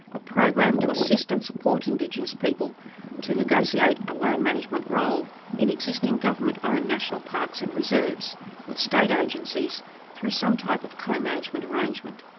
a program to assist and support indigenous people to negotiate a land management role in existing government owned national parks and reserves with state agencies through some type of co-management arrangement.